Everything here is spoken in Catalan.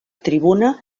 tribuna